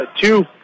two